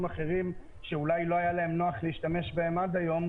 אחרים שאולי לא היה להם נוח להשתמש בהם עד היום,